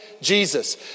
Jesus